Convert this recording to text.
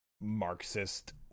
Marxist